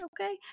okay